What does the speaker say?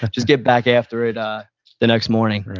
just get back after it the next morning right.